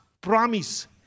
promise